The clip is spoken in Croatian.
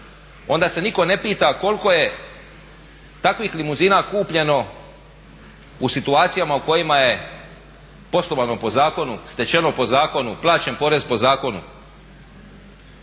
onda se nitko ne pita koliko je takvih limuzina kupljeno u situacijama u kojima je poslovano po zakonu, stečeno po zakonu, plaćen porez po zakonu.